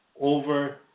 over